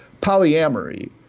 Polyamory